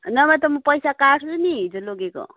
नभए त म पैसा काट्छु नि हिजो लगेको